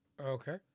Okay